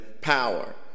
power